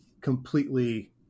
completely